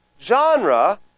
genre